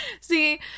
See